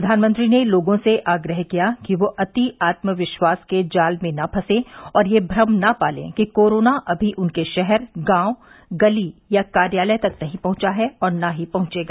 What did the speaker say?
प्रधानमंत्री ने लोगों से आग्रह किया कि वे अति आत्म विश्वास के जाल में न फंसें और यह भ्रम न पालें कि कोरोना अभी उनके शहर गांव गली या कार्यालय तक नहीं पहुंचा है और न ही पहुंचेगा